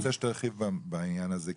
אני רוצה שתרחיב בעניין הזה,